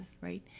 right